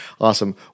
Awesome